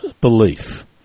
belief